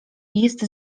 jest